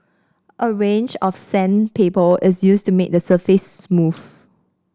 a range of sandpaper is used to make the surface smooth